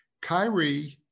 Kyrie